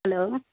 hello